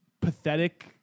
pathetic